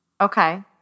Okay